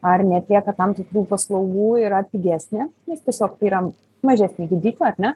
ar neatlieka tam tikrų paslaugų yra pigesnė nes tiesiog tai yra mažesnė gydykla ar ne